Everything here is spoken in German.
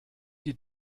die